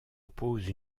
oppose